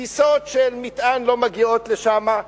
טיסות של מטען לא מגיעות לשם,